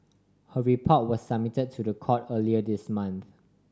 her report was submit to the court earlier this month